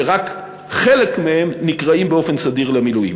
שרק חלק מהם נקראים באופן סדיר למילואים.